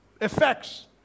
effects